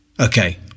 Okay